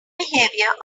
behavior